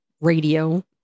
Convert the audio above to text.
radio